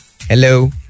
Hello